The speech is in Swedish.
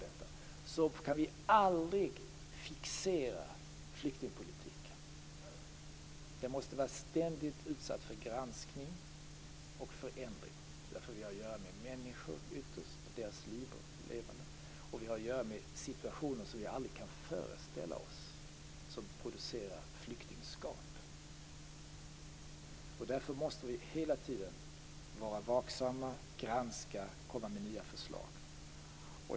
Det är att vi aldrig kan fixera flyktingpolitiken. Den måste ständigt vara utsatt för granskning och förändring, eftersom vi ytterst har att göra med människor och deras liv och leverne. Vi har att göra med situationer, som vi aldrig kan föreställa oss, som producerar flyktingskap. Därför måste vi hela tiden vara vaksamma, granska och komma med nya förslag.